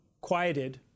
quieted